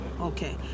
okay